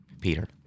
Peter